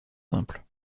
simple